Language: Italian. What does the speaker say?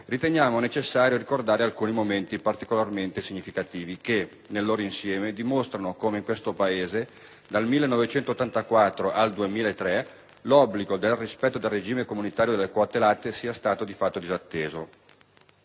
riteniamo necessario ricordare alcuni momenti particolarmente significativi che, nel loro insieme, dimostrano come in questo Paese, dal 1984 al 2003, l'obbligo del rispetto del regime comunitario delle quote latte sia stato, di fatto, disatteso.